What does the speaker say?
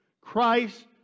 Christ